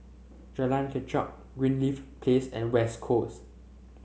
Jalan Kechot Greenleaf Place and West Coast